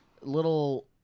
little